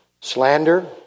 Slander